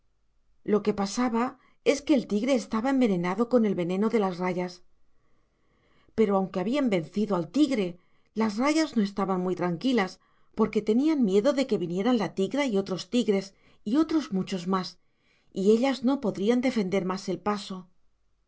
lo que pasaba es que el tigre estaba envenenado con el veneno de las rayas pero aunque habían vencido al tigre las rayas no estaban tranquilas porque tenían miedo de que viniera la tigra y otros tigres y otros muchos más y ellas no podrían defender más el paso